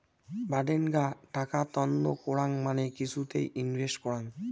বাডেনগ্না টাকা তন্ন করাং মানে কিছুতে ইনভেস্ট করাং